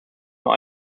nur